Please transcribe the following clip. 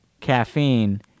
caffeine